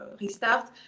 restart